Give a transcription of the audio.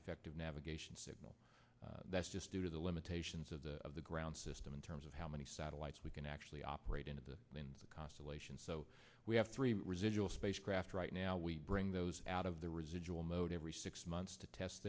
effective navigation signal that's just due to the limitations of the of the ground system in terms of how many satellites we can actually operate in at the in the constellation so we have three residual spacecraft right now we bring those out of the residual mode every six months to test